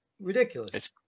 Ridiculous